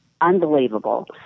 Unbelievable